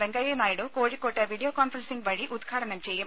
വെങ്കയ്യ നായിഡു കോഴിക്കോട്ട് video conferencing വഴി ഉദ്ഘാടനം ചെയ്യും